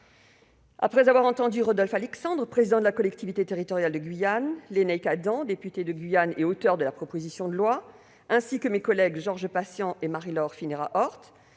Après avoir entendu Rodolphe Alexandre, président de la collectivité territoriale de Guyane, Lénaïck Adam, député de Guyane et auteur de la proposition de loi, ainsi que mes collègues Georges Patient et Marie-Laure Phinera-Horth,